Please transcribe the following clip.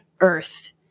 earth